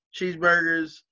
cheeseburgers